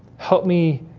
help me